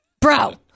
bro